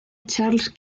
charles